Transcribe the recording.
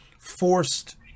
forced